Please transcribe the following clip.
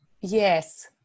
Yes